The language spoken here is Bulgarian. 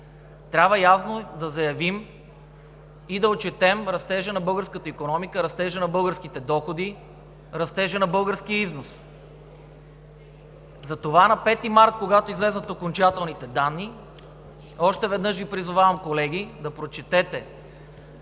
Трябва ясно да заявим и да отчетем растежа на българската икономика, на българските доходи и на българския износ. Затова на 5 март, когато излязат окончателните данни, още веднъж Ви призовавам, колеги, да прочетете